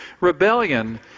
rebellion